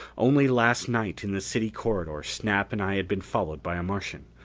only last night in the city corridor, snap and i had been followed by a martian.